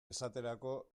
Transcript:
esaterako